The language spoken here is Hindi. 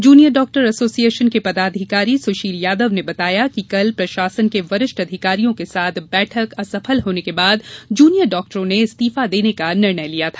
जूनियर डाक्टर एसोसियेशन के पदाधिकारी सुशील यादव ने बताया कि कल प्रशासन के वरिष्ठ अधिकारियों के साथ बैठक असफल होने के बाद जूनियर डाक्टरों ने इस्तीफा देने का निर्णय लिया था